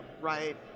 right